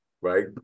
right